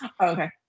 okay